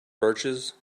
birches